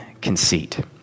conceit